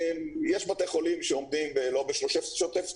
יש בתי חולים שעומדים לא בשוטף 30,